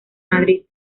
madrid